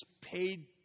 paid